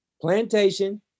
Plantation